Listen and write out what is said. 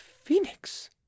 Phoenix